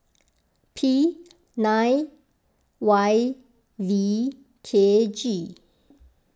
P nine Y V K G